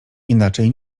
inaczej